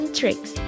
tricks